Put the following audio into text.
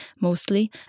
mostly